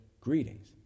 Greetings